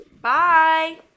bye